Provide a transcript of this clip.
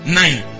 nine